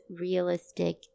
realistic